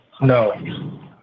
No